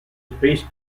space